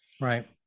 Right